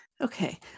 Okay